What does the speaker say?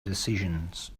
decisions